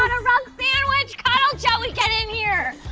but rug sandwich kyle joey get in here!